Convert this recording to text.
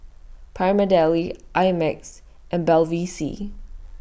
Prima Deli I Max and Bevy C